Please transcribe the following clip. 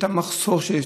על המחסור שיש,